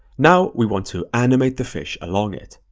now, we want to animate the fish along it.